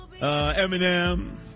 Eminem